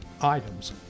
items